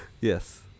Yes